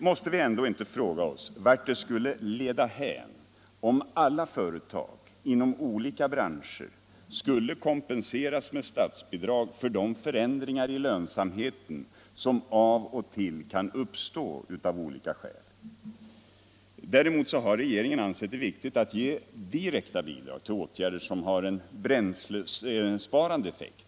Måste vi ändå inte fråga oss vart det skulle leda hän om alla företag inom olika branscher skulle kompenseras med statsbidrag för de förändringar i lönsamheten som av och till kan uppstå av olika skäl? Däremot har regeringen ansett det lämpligt att ge direkta bidrag till åtgärder som har en bränslesparande effekt.